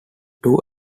two